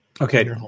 Okay